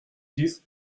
dix